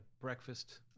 breakfast